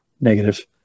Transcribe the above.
Negative